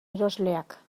erosleak